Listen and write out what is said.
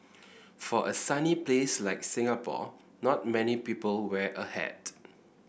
for a sunny place like Singapore not many people wear a hat